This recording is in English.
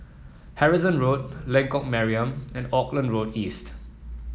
Harrison Road Lengkok Mariam and Auckland Road East